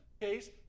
case